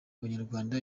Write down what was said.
abanyarwanda